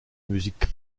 musiques